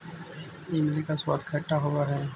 इमली का स्वाद खट्टा होवअ हई